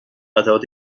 قطعات